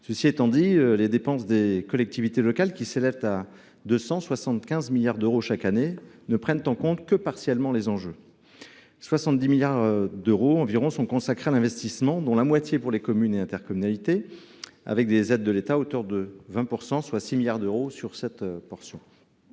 Cela étant, les dépenses des collectivités locales, d’un montant de 275 milliards d’euros chaque année, ne prennent en compte que partiellement les enjeux. Environ 70 milliards d’euros sont consacrés à l’investissement, dont la moitié pour les communes et intercommunalités, avec des aides de l’État à hauteur de 20 %, soit 6 milliards d’euros. La circulaire